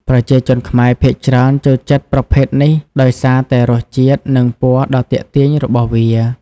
ប្រជាជនខ្មែរភាគច្រើនចូលចិត្តប្រភេទនេះដោយសារតែរសជាតិ និងពណ៌ដ៏ទាក់ទាញរបស់វា។